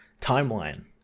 timeline